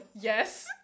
Yes